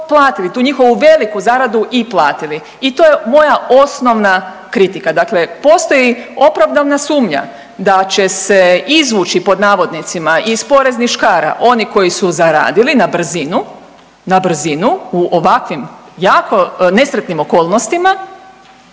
tu njihovu veliku zaradu i platili i to je moja osnovna kritika. Dakle, postoji opravdana sumnja da će se izvući pod navodnicima iz poreznih škara oni koji su zaradili na brzinu, na brzinu u ovakvim jako nesretnim okolnostima